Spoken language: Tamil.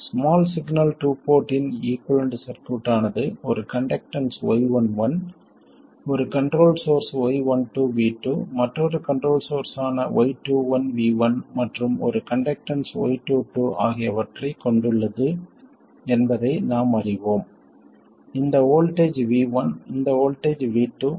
ஸ்மால் சிக்னல் டூ போர்ட்டின் ஈகுவலன்ட் சர்க்யூட் ஆனது ஒரு கண்டக்டன்ஸ் y11 ஒரு கண்ட்ரோல் சோர்ஸ் y12 v2 மற்றொரு கண்ட்ரோல் சோர்ஸ் ஆன y21 v1 மற்றும் ஒரு கண்டக்டன்ஸ் y22 ஆகியவற்றைக் கொண்டுள்ளது என்பதை நாம் அறிவோம் இந்த வோல்ட்டேஜ் v1 இந்த வோல்ட்டேஜ் v2